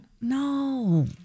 No